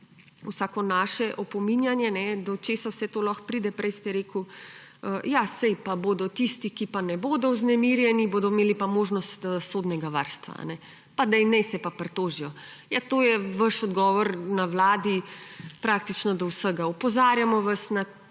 vsako naše opominjanje, do česa vse to lahko pride. Prej ste rekli, ja, saj pa bodo tisti, ki pa ne bodo vznemirjeni, bodo imeli pa možnost sodnega varstva pa naj se pritožijo. Ja, to je vaš odgovor na vladi praktično do vsega. Opozarjamo vas na te